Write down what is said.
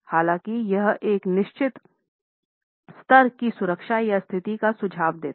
हालांकि यह एक निश्चित स्तर की सुरक्षा या स्थिति का सुझाव देता है